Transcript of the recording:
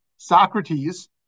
Socrates